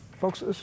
folks